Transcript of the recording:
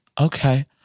Okay